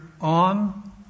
on